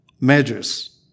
measures